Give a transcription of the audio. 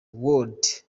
world